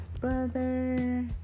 brother